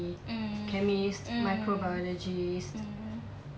mm mm mm